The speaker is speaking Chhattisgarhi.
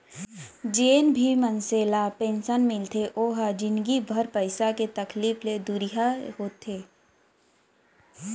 जेन भी मनसे ल पेंसन मिलथे ओ ह जिनगी भर पइसा के तकलीफ ले दुरिहा होथे